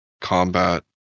combat